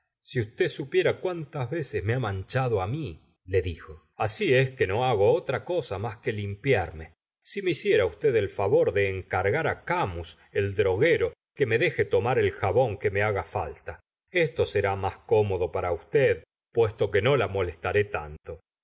si usted supiera cuántas veces me ha man chulo mflle dijo asi es que no hago otra cosa más que limpiarme si me hiciera usted el favor de encargar camus el droguero que me deje tomar el jabón que me haga falta esto será más cómodo para usted puesto que no la molestaré tanto